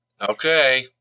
Okay